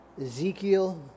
Ezekiel